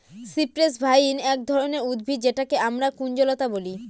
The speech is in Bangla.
সিপ্রেস ভাইন এক ধরনের উদ্ভিদ যেটাকে আমরা কুঞ্জলতা বলি